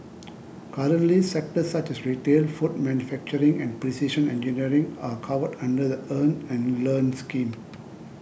currently sectors such as retail food manufacturing and precision engineering are covered under the Earn and Learn scheme